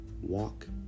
walk